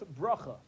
bracha